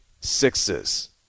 sixes